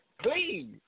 Please